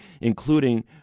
including